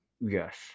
Yes